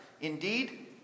Indeed